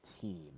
team